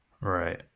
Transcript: right